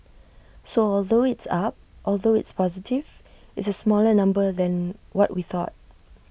so although it's up although it's positive it's A smaller number than what we thought